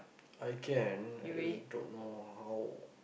I can I just don't know how